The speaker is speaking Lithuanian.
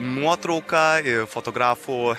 nuotrauką ir fotografų